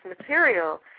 material